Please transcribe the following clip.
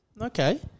Okay